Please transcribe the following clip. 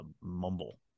mumble